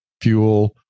fuel